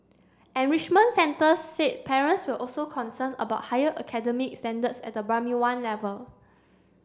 enrichment centres said parents were also concerned about higher academic standards at the Primary One level